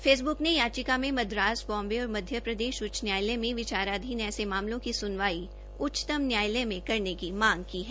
Facebook ने याचिका में मद्रासख बाम्बे और मध्य प्रदेश उच्च न्यायालय में विचाराधीन ऐसे मामलों की सुनवाई उच्चतम न्यायालय मे करने की मांग की है